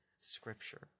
scripture